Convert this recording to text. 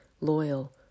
loyal